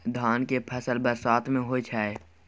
धान के फसल बरसात में होय छै?